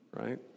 Right